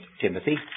Timothy